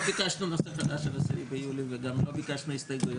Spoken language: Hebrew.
לא ביקשנו נושא חדש על העשרה ביולי וגם לא ביקשנו הסתייגויות.